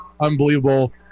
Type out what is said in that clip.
unbelievable